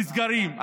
לסגרים,